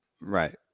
Right